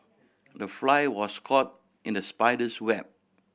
the fly was caught in the spider's web